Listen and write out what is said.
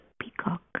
peacock